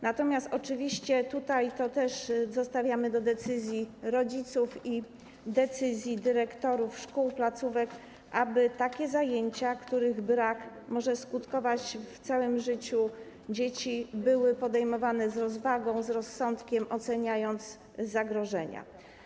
Natomiast oczywiście tutaj zostawiamy do decyzji rodziców i decyzji dyrektorów szkół, placówek, aby takie zajęcia, których brak może skutkować przez całe życie dzieci, były podejmowane z rozwagą, z rozsądkiem, po ocenie zagrożenia.